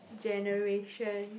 generation